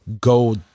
go